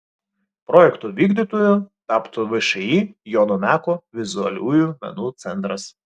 projekto vykdytoju taptų všį jono meko vizualiųjų menų centras